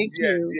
yes